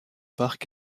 parc